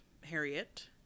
Harriet